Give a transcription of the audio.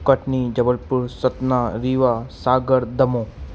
Katni Jabalpur Satna Rewa Sagar Damoh